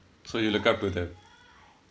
so you look up to them